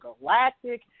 galactic